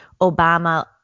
Obama